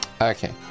Okay